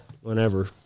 whenever